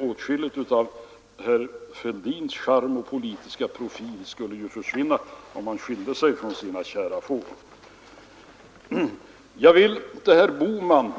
Åtskilligt av herr Fälldins charm och politiska profil skulle försvinna om han skilde sig från sina kära får. Herr Bohman